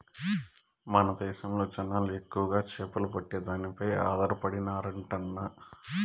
మన దేశంలో జనాలు ఎక్కువగా చేపలు పట్టే దానిపై ఆధారపడినారంటన్నా